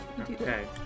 Okay